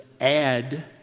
add